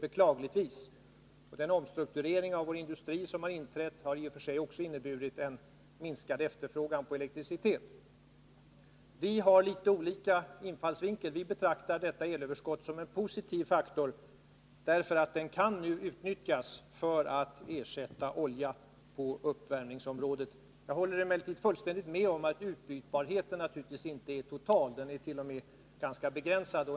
Också den omstrukturering av vår industri som skett har inneburit en minskad efterfrågan på elektricitet. Vi harlitet olika infallsvinklar. Moderaterna betraktar det elöverskott som uppstått som en positiv faktor, eftersom det ju kan utnyttjas för att ersätta olja på uppvärmningsområdet. Jag håller emellertid fullständigt med om att utbytbarheten inte är total, utan t.o.m. ganska begränsad.